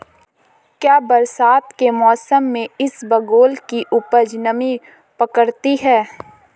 क्या बरसात के मौसम में इसबगोल की उपज नमी पकड़ती है?